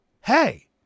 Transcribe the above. hey